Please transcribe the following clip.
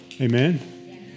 Amen